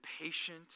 patient